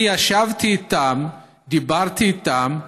אני ישבתי איתם, דיברתי איתם,